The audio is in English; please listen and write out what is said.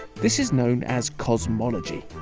this is known as cosmology.